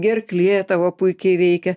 gerklė tavo puikiai veikia